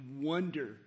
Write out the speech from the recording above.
wonder